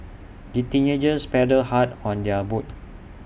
the teenagers paddled hard on their boat